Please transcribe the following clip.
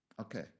okay